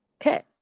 Okay